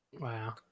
Wow